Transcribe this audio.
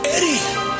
Eddie